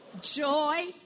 joy